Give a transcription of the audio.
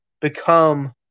become